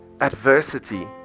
Adversity